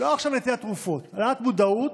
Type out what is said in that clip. לא נושא התרופות עכשיו, העלאת מודעות,